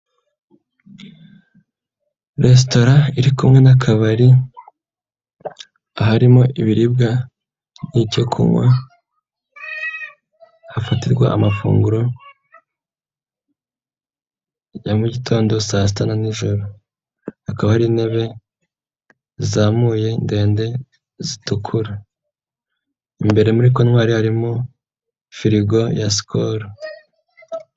Resitora iri kumwe n'akabari aharimo ibiribwa n'icyo kunywa, hafatirwa amafunguro ya mu gitondo saa sita nijoro, hakaba ari intebe zizamuye ndende zitukura. Imbere muri kontwari harimo firigo ya Sikoru.